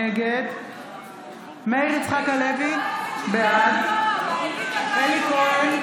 נגד מאיר יצחק הלוי, בעד אלי כהן,